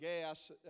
gas